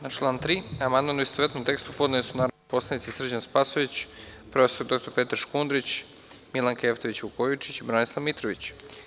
Na član 3. amandman u istovetnom tekstu podneli su narodni poslanici Srđan Spasojević, profesor dr Petar Škundrić, Milanka Jevtović Vukojičić i Branislav Mitrović.